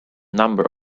number